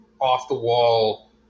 off-the-wall